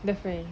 the friend